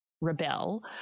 rebel